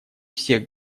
всех